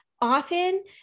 often